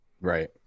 Right